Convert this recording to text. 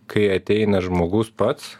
kai ateina žmogus pats